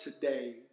today